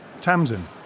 Tamsin